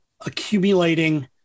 accumulating